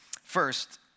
First